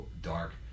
Dark